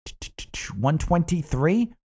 123